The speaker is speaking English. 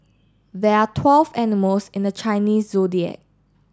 there are twelve animals in the Chinese Zodiac